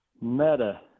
Meta